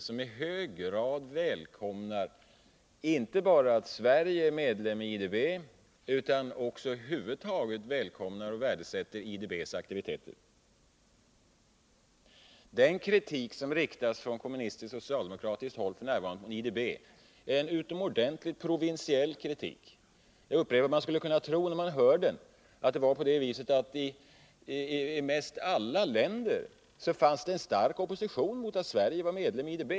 —i hög grad inte bara att Sverige är medlem i IDB utan över huvud taget IDB:s aktiviteter. Den kritik som från kommunistiskt och socialdemokratiskt håll f. n. riktas mot IDB är en utomordentligt provinsiell kritik. Man skulle när man hör den här debatten — jag upprepar det — kunna tro att i mest alla länder fanns en stark opposition mot att Sverige är medlem i IDB.